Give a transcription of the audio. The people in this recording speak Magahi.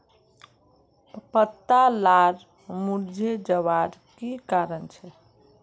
पत्ता लार मुरझे जवार की कारण छे?